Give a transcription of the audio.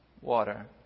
water